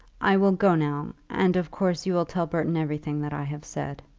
i will go now, and of course you will tell burton everything that i have said.